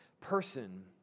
person